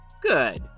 Good